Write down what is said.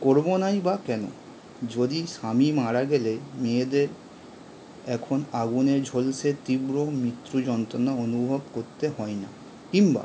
করবো নাই বা কেন যদি স্বামী মারা গেলে মেয়েদের এখন আগুনে ঝলসে তীব্র মৃত্যু যন্ত্রণা অনুভব করতে হয় না কিংবা